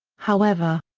however.